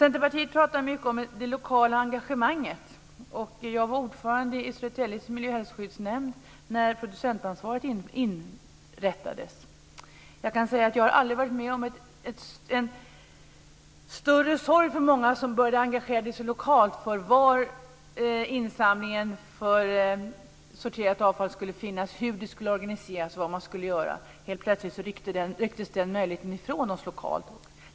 Centerpartiet talar mycket om det lokala engagemanget. Jag var ordförande i Södertälje miljö och hälsoskyddsnämnd när producentansvaret inrättades. Jag kan säga att jag aldrig varit med om en större sorg för många som började engagera sig lokalt för var insamlingen för sorterat avfall skulle finnas, hur det skulle organiseras och vad man skulle göra. Helt plötsligt rycktes den möjligheten från oss lokalt.